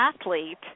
athlete